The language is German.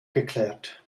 geklärt